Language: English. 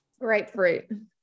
Grapefruit